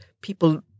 people